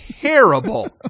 terrible